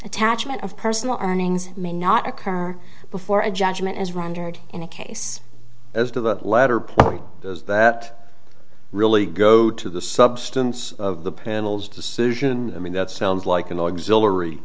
attachment of personal arning may not occur before a judgment is rendered in a case as to the latter part is that really go to the substance of the panel's decision i mean that sounds like an auxiliary